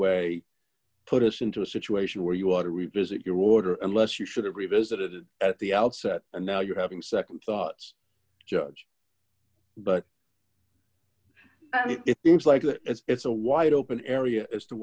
way put us into a situation where you ought to revisit your order unless you should have revisited it at the outset and now you're having nd thoughts judge but it seems like it's a wide open area as to